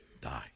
die